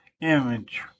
image